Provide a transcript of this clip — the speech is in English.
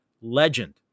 legend